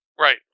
Right